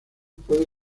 puede